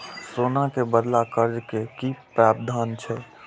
सोना के बदला कर्ज के कि प्रावधान छै?